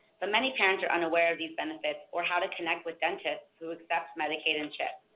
but many parents are unaware of these benefits or how to connect with dentists who accept medicaid and chip.